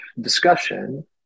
discussion